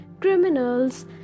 criminals